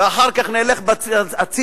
ואחר כך נלך הצדה,